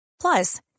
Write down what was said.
Plus